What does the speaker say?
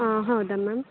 ಹಾಂ ಹೌದಾ ಮ್ಯಾಮ್